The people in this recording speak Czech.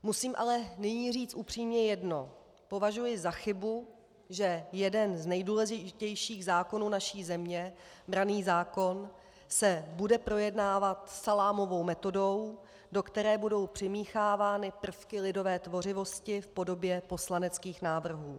Musím ale nyní říct upřímně jedno považuji za chybu, že jeden z nejdůležitějších zákonů naší země, branný zákon, se bude projednávat salámovou metodou, do které budou přimíchávány prvky lidové tvořivosti v podobě poslaneckých návrhů.